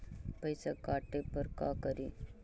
पैसा काटे पर का करि?